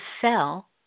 sell